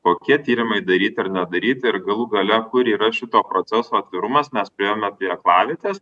kokie tyrimai daryti ir nedaryti ir galų gale kur yra šito proceso atvirumas mes priėjome prie aklavietės